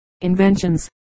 inventions